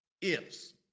ifs